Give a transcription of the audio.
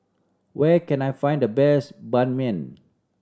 where can I find the best Ban Mian